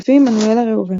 לפי עמנואל הראובני,